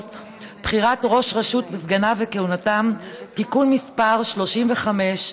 (בחירת ראש הרשות וסגניו וכהונתם) (תיקון מס' 35),